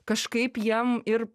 kažkaip jiem ir